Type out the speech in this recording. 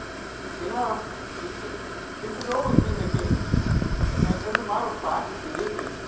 in our history this has always been the case and as a matter of fact, believe me,